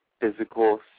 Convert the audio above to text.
physical